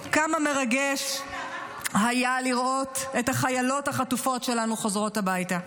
כמה מרגש היה לראות את החיילות החטופות שלנו חוזרות הביתה,